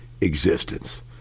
existence